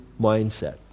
mindset